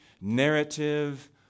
narrative